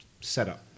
setup